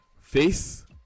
face